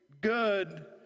good